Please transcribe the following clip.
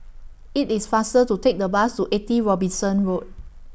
IT IS faster to Take The Bus to eighty Robinson Road